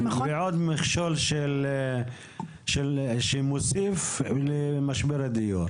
אז זה עוד מכשול שמוסיף למשבר הדיור.